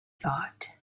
thought